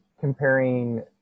comparing